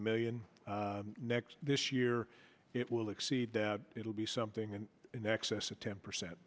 million next this year it will exceed that it will be something in excess of ten percent